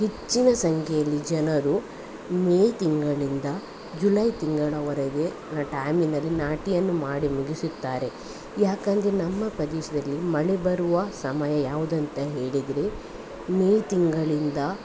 ಹೆಚ್ಚಿನ ಸಂಖ್ಯೆಯಲ್ಲಿ ಜನರು ಮೇ ತಿಂಗಳಿಂದ ಜುಲೈ ತಿಂಗಳವರೆಗಿನ ಟೈಮಿನಲ್ಲಿ ನಾಟಿಯನ್ನು ಮಾಡಿ ಮುಗಿಸುತ್ತಾರೆ ಯಾಕಂದರೆ ನಮ್ಮ ಪ್ರದೇಶದಲ್ಲಿ ಮಳೆ ಬರುವ ಸಮಯ ಯಾವುದಂತ ಹೇಳಿದರೆ ಮೇ ತಿಂಗಳಿಂದ